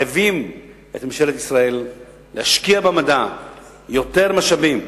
מחייבת את ממשלת ישראל להשקיע במדע יותר משאבים.